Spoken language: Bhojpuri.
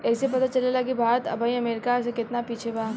ऐइसे पता चलेला कि भारत अबही अमेरीका से केतना पिछे बा